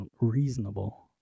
reasonable